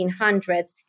1800s